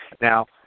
Now